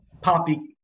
poppy